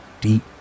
deep